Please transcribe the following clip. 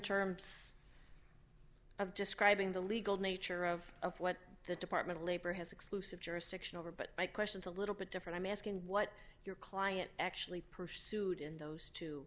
terms of describing the legal nature of what the department of labor has exclusive jurisdiction over but my question's a little bit different i'm asking what your client actually pursued in those t